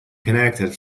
connected